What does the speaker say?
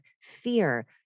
fear